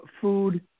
food